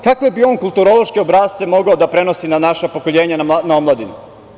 Kakve bi on kulturološke obrasce mogao da prenosi na naša pokolenja, na omladinu?